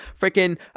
freaking